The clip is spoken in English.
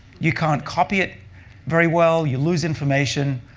you can't copy it very well. you lose information.